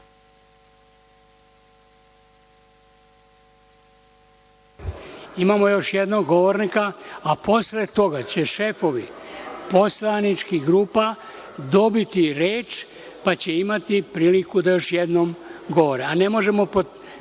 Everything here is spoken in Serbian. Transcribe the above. Imamo još jednog govornika, a posle toga će šefovi poslaničkih grupa dobiti reč, pa će imati priliku da još jednom govore. Ne možemo po tri